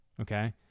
okay